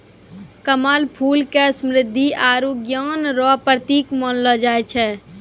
कमल फूल के समृद्धि आरु ज्ञान रो प्रतिक मानलो जाय छै